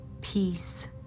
peace